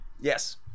Yes